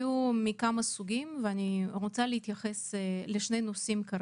סוגים ואני רוצה להתייחס לשני נושאים: